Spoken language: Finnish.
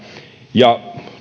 ja